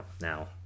now